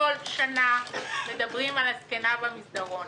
כל שנה מדברים על הזקנה במסדרון.